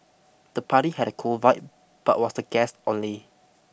the party had a cool vibe but was the guests only